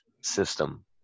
system